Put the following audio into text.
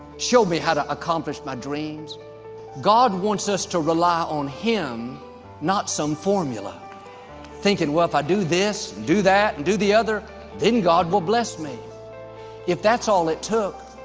show me how to accomplish my dreams god wants us to rely on him not some formula thinking well if i do this do that and do the other then god will bless me if that's all it took.